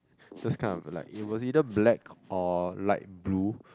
those kind of like it was either black or light blue